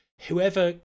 whoever